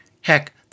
Heck—